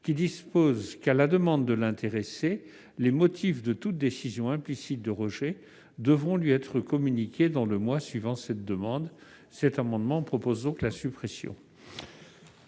qui dispose que, « à la demande à l'intéressé [...] les motifs de toute décision implicite de rejet devront lui être communiqués dans le mois suivant cette demande ». Cet amendement a donc pour objet sa suppression.